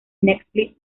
netflix